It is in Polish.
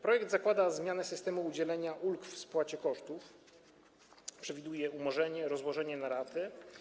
Projekt zakłada zmianę systemu udzielania ulg w spłacie kosztów, przewiduje umorzenie, rozłożenie na raty.